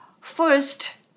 first